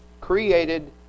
created